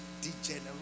degenerate